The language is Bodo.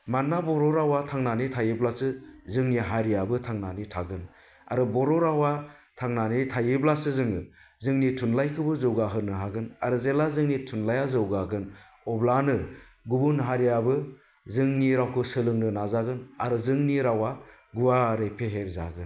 मानोना बर' रावा थांनानै थायोब्लासो जोंनि हारियाबो थांनानै थांगोन आरो बर' रावा थांनानै थायोब्लासो जोङो जोंनि थुनलायखौबो जौगा होनो हागोन आरो जेब्ला जोंनि थुनलाया जौगागोन अब्लानो गुबुन हारियाबो जोंनि रावखौ सोलोंनो नाजागोन आरो जोंनि रावा गुवारै फेहेर जागोन